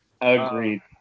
Agreed